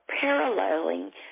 paralleling